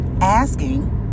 asking